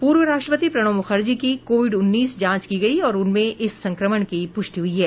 पूर्व राष्ट्रपति प्रणब मुखर्जी की कोविड उन्नीस जांच की गई और उनमें इस संक्रमण की पुष्टि हुई है